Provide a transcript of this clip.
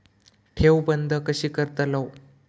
ठेव बंद कशी करतलव?